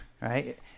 Right